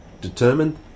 Determined